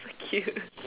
cute